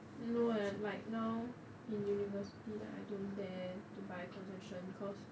no eh like now in university like I don't dare to buy concession cause